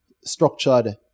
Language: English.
structured